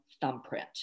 thumbprint